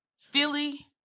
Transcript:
Philly